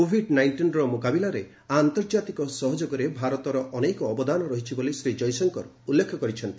Covid ନାଇଷ୍ଟିନ୍ର ମୁକାବିଲାରେ ଆନ୍ତର୍ଜାତିକ ସହଯୋଗରେ ଭାରତର ଅନେକ ଅବଦାନ ରହିଛି ବୋଲି ଶ୍ରୀ ଜୟଶଙ୍କର ଉଲ୍ଲେଖ କରିଛନ୍ତି